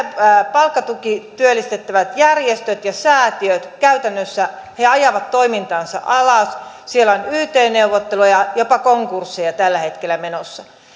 palkkatukityöllistettävillemme kun järjestöt ja säätiöt käytännössä ajavat toimintansa alas siellä on yt neuvotteluja jopa konkursseja tällä hetkellä menossa